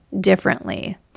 differently